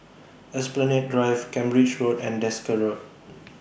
Esplanade Drive Cambridge Road and Desker Road